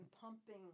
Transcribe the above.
pumping